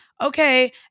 okay